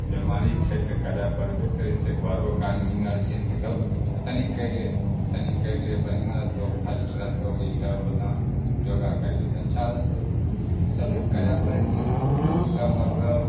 बेमारी छै तऽ करै पड़बे करै छै घरोके आदमी गार्जिअनो हो तनि करिले तनि करिले बढ़िआँ रहतौ फर्स्ट रहतौ ईसब ओना योगा करबही तऽ अच्छा रहतौ ई सबमे करै पड़ै छै तऽ ओसब मतलब